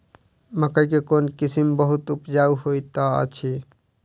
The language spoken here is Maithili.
मकई केँ कोण किसिम बहुत उपजाउ होए तऽ अछि?